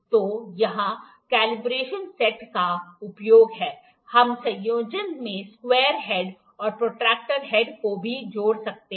तो यह combination set का उपयोग है हम संयोजन में स्क्वायर हेड और प्रोट्रैक्टर हेड को भी जोड़ सकते हैं